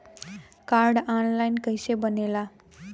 Card online कइसे बनेला?